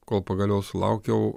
kol pagaliau sulaukiau